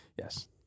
yes